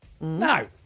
no